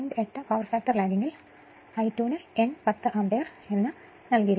8 power factor ലാഗിംഗിൽ I2 ന് N10 ampere നൽകിയിരിക്കുന്നു